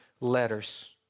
letters